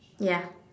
ya